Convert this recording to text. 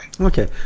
Okay